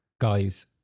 guys